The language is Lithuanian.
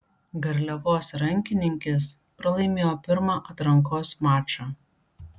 garliavos rankininkės pralaimėjo pirmą atrankos mačą